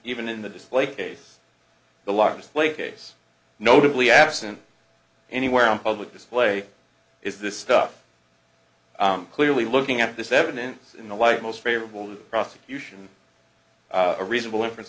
even in the display case the largest lake case notably absent anywhere on public display is this stuff clearly looking at this evidence in the light most favorable prosecution a reasonable inference